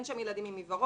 אין שם ילדים עם עיוורון,